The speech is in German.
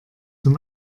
zum